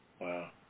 Wow